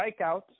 strikeouts